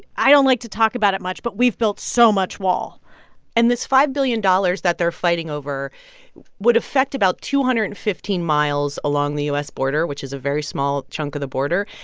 i don't like to talk about it much, but we've built so much wall and this five billion dollars that they're fighting over would affect about two hundred and fifteen miles along the u s. border, which is a very small chunk of the border.